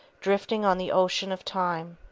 drifting on the ocean of time.